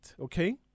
okay